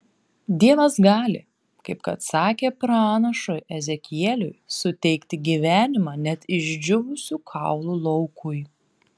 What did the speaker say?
dievas gali kaip kad sakė pranašui ezekieliui suteikti gyvenimą net išdžiūvusių kaulų laukui